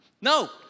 No